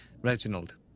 Reginald